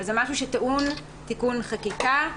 אבל זה משהו שטעון תיקון חקיקה,